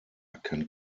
kann